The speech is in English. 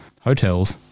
hotels